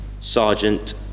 Sergeant